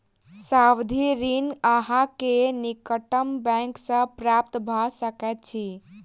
सावधि ऋण अहाँ के निकटतम बैंक सॅ प्राप्त भ सकैत अछि